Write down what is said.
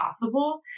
possible